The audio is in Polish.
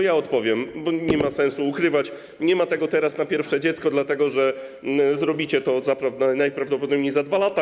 Ja odpowiem, bo nie ma sensu ukrywać: Nie ma tego teraz na pierwsze dziecko, dlatego że zrobicie to najprawdopodobniej za 2 lata.